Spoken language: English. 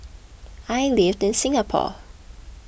I live in Singapore